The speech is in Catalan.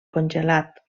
congelat